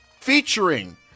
featuring